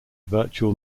virtual